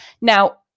Now